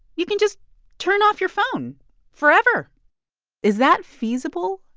you can just turn off your phone forever is that feasible?